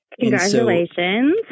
Congratulations